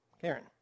Karen